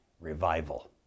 revival